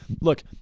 look